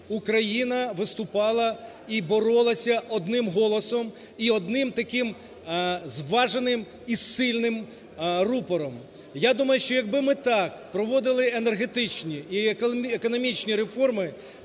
Україна виступала і боролася одним голосом, і одним таким зваженим, і сильним рупором. Я думаю, що якби ми так проводили енергетичні і економічні реформи,